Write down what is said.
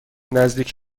نزدیک